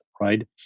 right